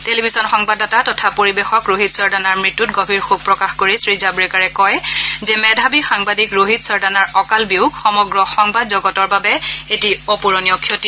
television সংবাদদাতা তথা পৰিৱেশক ৰোহিত সৰদানাৰ মৃত্যুত গভীৰ শোক প্ৰকাশ কৰি শ্ৰী জাবড়েকাৰে কয় যে মেধাৱী সাংবাদিক ৰোহিত সৰদানাৰ অকাল বিয়োগ সমগ্ৰ সংবাদজগতৰ বাবে এটি অপূৰণীয় ক্ষতি